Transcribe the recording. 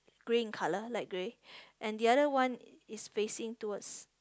grey in colour light grey and the other one is facing towards